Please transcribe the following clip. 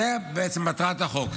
זו בעצם מטרת החוק.